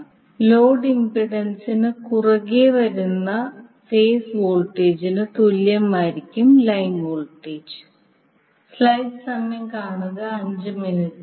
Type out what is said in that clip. അതായത് ലോഡ്ഇംപെഡൻസിനു കുറുകെ വരുന്ന ഫേസ് വോൾട്ടേജിന് തുല്യമായിരിക്കും ലൈൻ വോൾട്ടേജ്